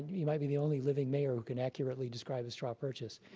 he might be the only living mayor who can accurately describe a straw purchase.